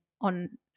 on